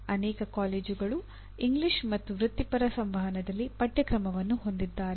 ಅನೇಕ ಕಾಲೇಜುಗಳು ಇಂಗ್ಲಿಷ್ ಮತ್ತು ವೃತ್ತಿಪರ ಸಂವಹನದಲ್ಲಿ ಪಠ್ಯಕ್ರಮವನ್ನು ಹೊಂದಿದ್ದಾರೆ